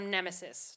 Nemesis